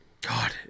God